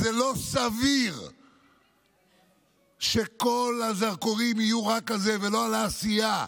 זה לא סביר שכל הזרקורים יהיו רק על זה ולא על העשייה,